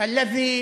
ונישאר אתכם.